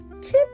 tip